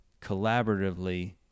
collaboratively